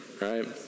right